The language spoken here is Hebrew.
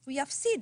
הוא יפסיד.